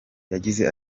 yagize